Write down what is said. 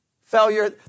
Failure